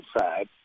inside